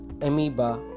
amoeba